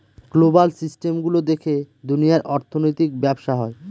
global system গুলো দেখে দুনিয়ার অর্থনৈতিক ব্যবসা হয়